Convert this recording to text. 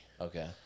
Okay